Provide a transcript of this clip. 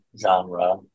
genre